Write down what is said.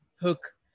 hook